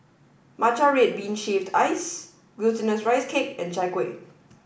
Matcha Red Bean shaved ice glutinous rice cake and Chai Kuih